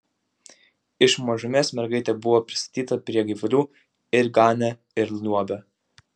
iš mažumės mergaitė buvo pristatyta prie gyvulių ir ganė ir liuobė